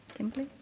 kimberly?